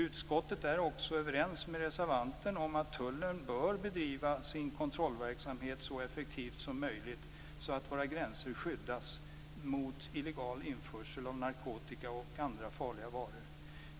Utskottet är också överens med reservanten om att Tullen bör bedriva sin kontrollverksamhet så effektivt som möjligt så att våra gränser skyddas mot illegal införsel av narkotika och andra farliga varor.